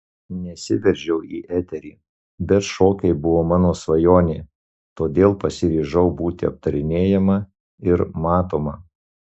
nesiveržiau į eterį bet šokiai buvo mano svajonė todėl pasiryžau būti aptarinėjama ir matoma